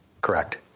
correct